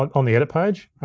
like on the edit page.